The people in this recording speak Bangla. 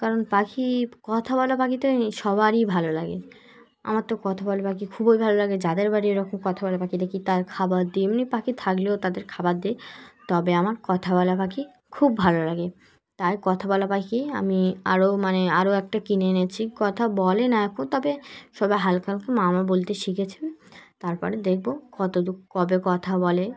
কারণ পাখি কথা বলা পাখিতে সবারই ভালো লাগে আমার তো কথা বলা পাখি খুবই ভালো লাগে যাদের বাড়ি এরকম কথা বলা পাখি দেখি তার খাবার দিই এমনি পাখি থাকলেও তাদের খাবার দিই তবে আমার কথা বলা পাখি খুব ভালো লাগে তাই কথা বলা পাখি আমি আরও মানে আরও একটা কিনে এনেছি কথা বলে না এখন তবে সবাই হালকা হালকা মামা বলতে শিখেছে তারপরে দেখবো কতদূর কবে কথা বলে